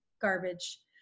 garbage